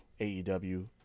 AEW